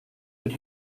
but